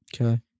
Okay